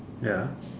ya